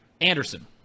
Anderson